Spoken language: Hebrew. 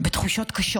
בתחושות קשות.